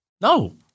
no